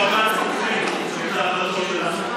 בג"ץ בוחן את ההמלצות שלנו,